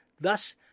Thus